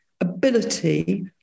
ability